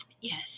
yes